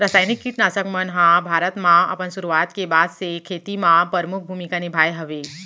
रासायनिक किट नाशक मन हा भारत मा अपन सुरुवात के बाद से खेती मा परमुख भूमिका निभाए हवे